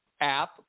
app